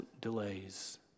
delays